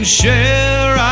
share